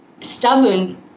stubborn